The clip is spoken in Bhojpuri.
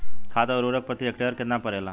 खाद व उर्वरक प्रति हेक्टेयर केतना परेला?